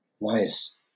Nice